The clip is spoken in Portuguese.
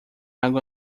água